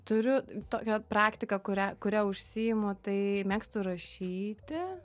turiu tokią praktiką kurią kuria užsiimu tai mėgstu rašyti